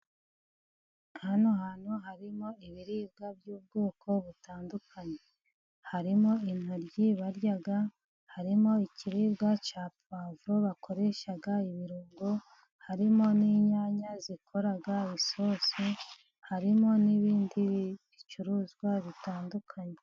Hano hantu harimo ibiribwa by'ubwoko butandukanye. Harimo intoryi barya, harimo ikiribwa cya pwavuro bakoresha ibirungo, harimo n'inyanya zikora isose, harimo n'ibindi bicuruzwa bitandukanye.